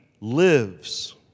lives